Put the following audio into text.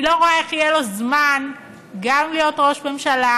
אני לא רואה איך יהיה לו זמן גם להיות ראש ממשלה,